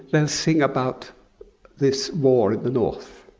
they'll sing about this war in the north,